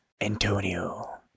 Antonio